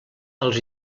als